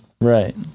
Right